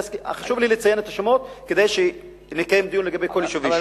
חשוב לי לציין את השמות כדי שנקיים דיון לגבי כל יישוב ויישוב.